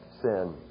sin